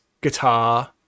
guitar